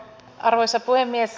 arvoisa puhemies